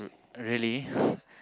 really